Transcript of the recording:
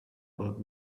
about